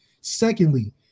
secondly